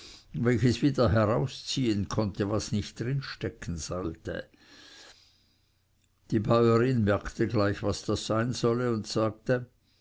welches wieder herausziehen konnte was nicht drin sein sollte die bäurin merkte gleich was das sein solle und sagte